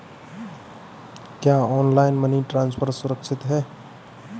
क्या online money transfer सुरक्षित है?